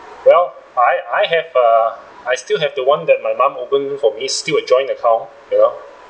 well I I have a I still have the one that my mum open for me still a joint account you know